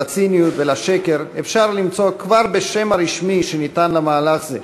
לציניות ולשקר אפשר למצוא כבר בשם הרשמי שניתן למהלך זה,